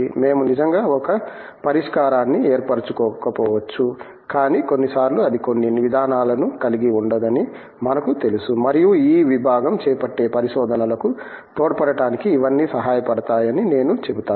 మేము నిజంగా ఒక పరిష్కారాన్ని ఏర్పరుచుకోకపోవచ్చు కానీ కొన్ని సార్లు అది కొన్ని విధానాలను కలిగి ఉండదని మనకు తెలుసు మరియు ఈ విభాగం చేపట్టే పరిశోధనలకు తోడ్పడటానికి ఇవన్నీ సహాయపడతాయని నేను చెబుతాను